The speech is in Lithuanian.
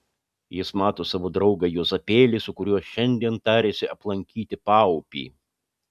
jis mato savo draugą juozapėlį su kuriuo šiandien tarėsi aplankyti paupį